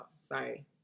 sorry